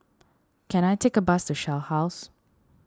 can I take a bus to Shell House